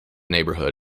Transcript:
neighborhood